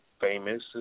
Famous